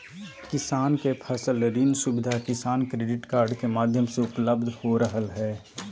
किसान के फसल ऋण सुविधा किसान क्रेडिट कार्ड के माध्यम से उपलब्ध हो रहल हई